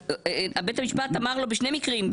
בית המשפט אמר לו בשני מקרים,